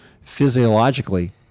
physiologically